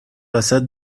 وسط